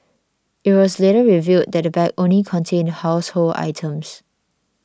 it was later revealed that the bag only contained household items